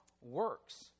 works